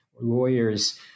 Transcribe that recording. lawyers